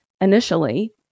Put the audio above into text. initially